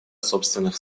собственных